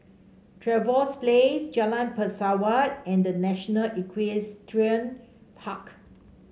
Trevose Place Jalan Pesawat and The National Equestrian Park